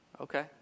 Okay